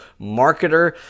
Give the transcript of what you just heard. marketer